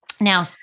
Now